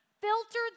filtered